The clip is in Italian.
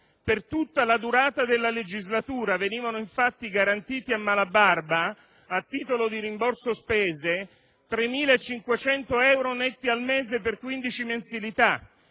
Per tutta la durata della legislatura venivano infatti garantiti a Malabarba, a titolo di rimborso spese, 3.500 euro netti al mese, per 15 mensilità,